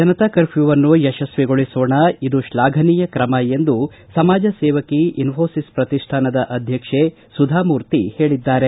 ಜನತಾ ಕರ್ಪ್ಯೂವನ್ನು ಯಶಸ್ವಿಗೊಳಿಸೋಣ ಇದು ಶ್ಲಾಘನೀಯ ತ್ರಮ ಎಂದು ಸಮಾಜಸೇವಕಿ ಇನ್ನೋಸಿಸ್ ಪ್ರತಿಷ್ಠಾನದ ಅಧ್ವಕ್ಷೆ ಸುಧಾಮೂರ್ತಿ ಹೇಳಿದ್ದಾರೆ